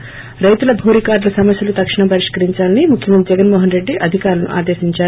ి రైతుల భూ రికార్లుల సమస్యలు తక్షణం పరిష్కరించాలని ముఖ్యమంత్రి జగన్మోహన్ రెడ్డి అధికారులను ఆదేశించారు